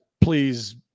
please